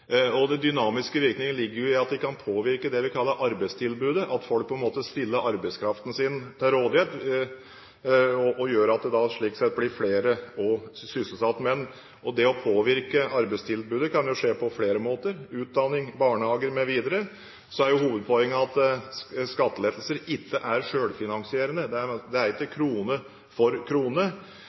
dynamiske virkningene ligger i at de kan påvirke det vi kaller arbeidstilbudet, at folk stiller arbeidskraften sin til rådighet og gjør at det slik sett blir flere sysselsatte. Men det å påvirke arbeidstilbudet kan jo skje på flere måter – gjennom utdanning, barnehager mv. Hovedpoenget er at skattelettelser ikke er selvfinansierende. Det er ikke krone for krone. Jeg viste også til det som de nå sier i Sverige, at det er